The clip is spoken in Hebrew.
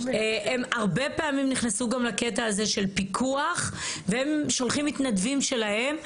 הם הרבה פעמים נכנסו גם לקטע הזה של פיקוח והם שולחים מתנדבים שלהם.